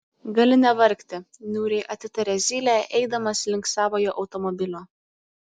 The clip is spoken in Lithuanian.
gali nevargti niūriai atitarė zylė eidamas link savojo automobilio